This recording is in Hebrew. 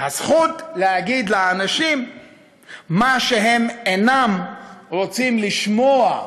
הזכות להגיד לאנשים מה שהם אינם רוצים לשמוע.